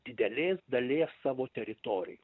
didelės dalies savo teritorijų